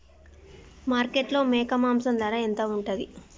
మార్కెట్లో మేక మాంసం ధర ఎంత ఉంటది?